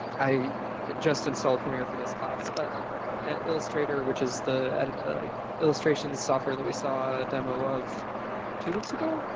i just installed premier for this class, but and illustrator, which is the illustration software that we saw demo of two weeks ago,